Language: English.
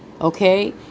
okay